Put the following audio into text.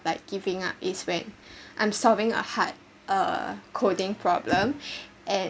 like giving up is when I'm solving a hard a coding problem and